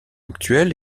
actuel